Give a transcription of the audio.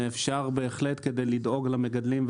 כדי לדאוג למגדלים,